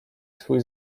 swój